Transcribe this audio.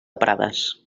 prades